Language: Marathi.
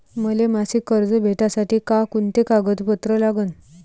मले मासिक कर्ज भेटासाठी का कुंते कागदपत्र लागन?